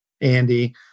Andy